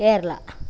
Kerala